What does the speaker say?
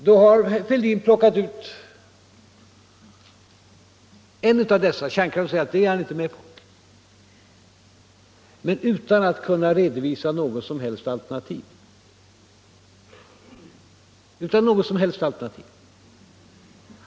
Då har herr Fälldin plockat ut en av dessa kraftkällor — kärnkraften — och säger att den är man inte med på, men han gör det utan att kunna redovisa något som helst alternativ.